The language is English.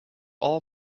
all